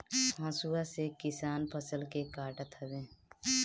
हसुआ से किसान फसल के काटत हवे